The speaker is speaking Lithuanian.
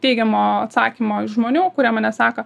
teigiamo atsakymo iš žmonių kurie mane seka